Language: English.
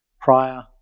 prior